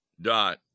dot